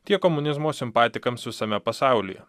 tiek komunizmo simpatikams visame pasaulyje